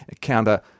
counter